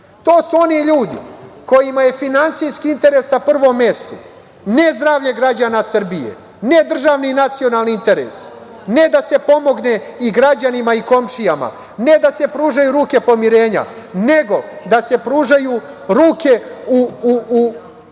to su oni ljudi kojima je finansijski interes na prvom mestu, ne zdravlje građana Srbije, ne državni i nacionalni interes, ne da se pomogne i građanima i komšijama, ne da se pružaju ruke pomirenja, nego da se pružaju ruke u